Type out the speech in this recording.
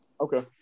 Okay